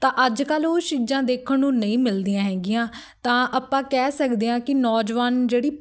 ਤਾਂ ਅੱਜ ਕੱਲ੍ਹ ਉਹ ਚੀਜ਼ਾਂ ਦੇਖਣ ਨੂੰ ਨਹੀਂ ਮਿਲਦੀਆਂ ਹੈਗੀਆਂ ਤਾਂ ਆਪਾਂ ਕਹਿ ਸਕਦੇ ਹਾਂ ਕਿ ਨੌਜਵਾਨ ਜਿਹੜੀ